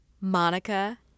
Monica